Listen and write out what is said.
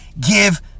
Give